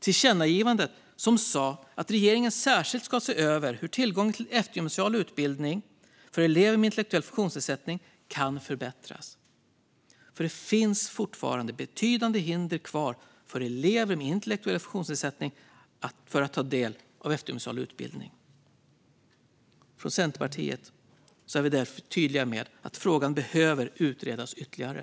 Tillkännagivandet sa att regeringen särskilt ska se över hur tillgången till eftergymnasial utbildning för elever med intellektuell funktionsnedsättning kan förbättras, för det finns fortfarande betydande hinder kvar för elever med intellektuell funktionsnedsättning att ta del av eftergymnasial utbildning. Från Centerpartiet är vi därför tydliga med att frågan behöver utredas ytterligare.